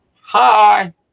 hi